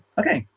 okay,